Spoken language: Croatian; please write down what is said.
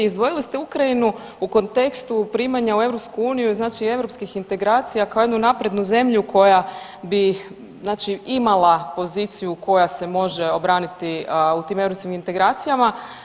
Izdvojili ste Ukrajinu u kontekstu primanja u EU, znači europskih integracija kao jednu naprednu zemlji koja bi znači imala poziciju koja se može obraniti u tim europskim integracijama.